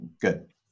Good